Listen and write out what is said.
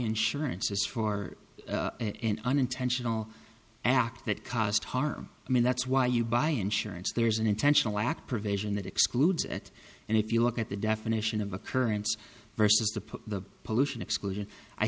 insurance is for an intentional act that caused harm i mean that's why you buy insurance there's an intentional act provision that excludes it and if you look at the definition of occurrence versus the pollution exclusion i